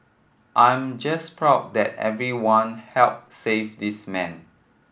I'm just proud that everyone helped save this man